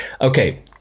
Okay